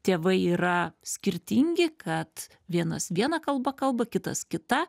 tėvai yra skirtingi kad vienas viena kalba kalba kitas kita